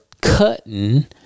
cutting